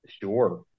Sure